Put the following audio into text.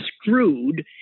screwed